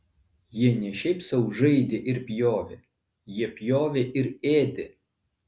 jie ne šiaip sau žaidė ir pjovė jie pjovė ir ėdė